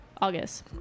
august